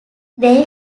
they